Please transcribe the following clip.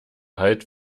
halt